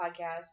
Podcast